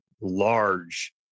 large